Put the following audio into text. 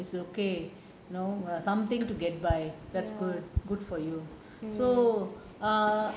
is okay you know something to get by that's good good for you so err